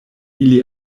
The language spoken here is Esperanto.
ili